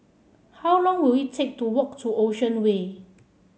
how long will it take to walk to Ocean Way